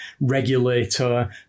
regulator